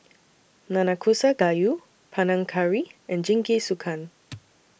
Nanakusa Gayu Panang Curry and Jingisukan